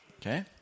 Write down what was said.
Okay